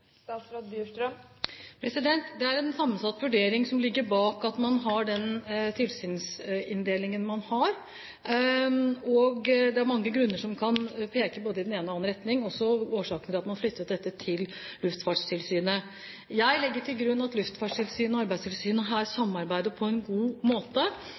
Det er en sammensatt vurdering som ligger bak det at man har den tilsynsinndelingen man har. Det er mange grunner som kan peke både i den ene og andre retning, og årsaker til at man flyttet dette til Luftfartstilsynet. Jeg legger til grunn at Luftfartstilsynet og Arbeidstilsynet her samarbeider på en god måte.